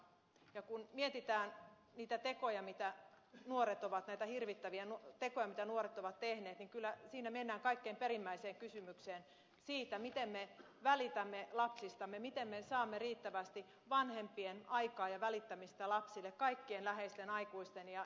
ja kun mietitään mitä tietoja mitä nuoret ovat näitä hirvittäviä tekoja mitä nuoret ovat tehneet niin kyllä siinä mennään kaikkein perimmäiseen kysymykseen siitä miten me välitämme lapsistamme miten me saamme riittävästi vanhempien aikaa ja välittämistä lapsille kaikkien läheisten aikuisten